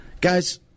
guys